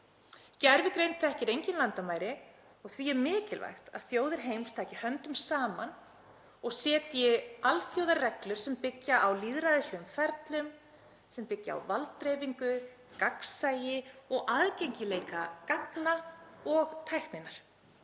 Gervigreind þekkir engin landamæri og því er mikilvægt að þjóðir heims taki höndum saman og setji alþjóðlegar reglur sem byggja á lýðræðislegum ferlum, sem byggja á valddreifingu, gagnsæi og aðgengileika gagna og tækninnar.